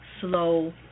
Slow